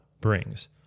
brings